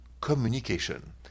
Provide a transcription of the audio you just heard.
Communication